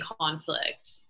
conflict